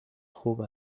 خوب